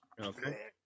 Okay